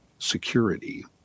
security